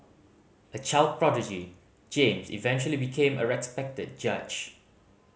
a child prodigy James eventually became a respected judge